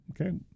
okay